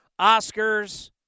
Oscars